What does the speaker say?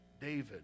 David